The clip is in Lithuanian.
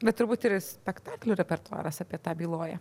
bet turbūt ir spektaklių repertuaras apie tą byloja